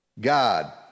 God